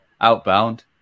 outbound